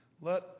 let